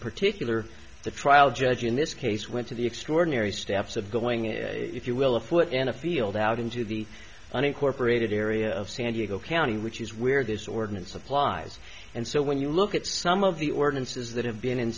particular the trial judge in this case went to the extraordinary steps of going in if you will afoot in a field out into the unincorporated area of san diego county which is where this ordinance applies and so when you look at some of the ordinances that have been in